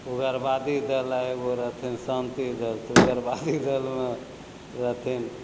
उग्रवादी दल आओर एगो रहथिन शान्ति दल उग्रवादी दलमे रहथिन